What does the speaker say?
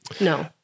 No